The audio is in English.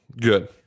Good